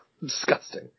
disgusting